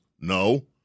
No